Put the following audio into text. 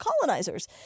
colonizers